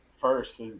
first